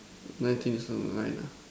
when team is online ah